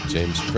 James